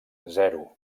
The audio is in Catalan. zero